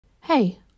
hey